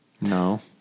No